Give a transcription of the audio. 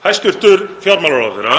Hæstv. fjármálaráðherra